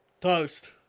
Toast